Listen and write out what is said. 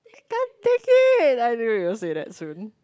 can't take it I knew you will say that soon